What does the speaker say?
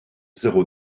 zéro